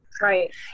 Right